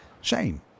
Shame